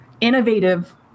innovative